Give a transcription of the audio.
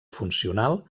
funcional